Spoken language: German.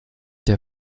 der